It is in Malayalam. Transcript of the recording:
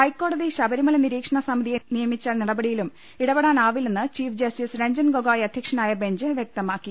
ഹൈക്കോടതി ശബരിമല നിരീക്ഷണ സമിതിയെ നിയ്മിച്ച നടപടിയിലും ഇടപെടാനാവില്ലെന്ന് ചീഫ് ജസ്റ്റിസ് രഞ്ജൻ ഗോഗോയ് അധ്യക്ഷനായ ബെഞ്ച് വൃക്തമാക്കി